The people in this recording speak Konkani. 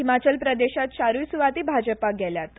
हिमाचल प प्रदेशांत चारूय सुवाती भाजपाक गेल्यात